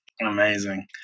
Amazing